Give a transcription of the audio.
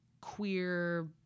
queer